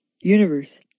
universe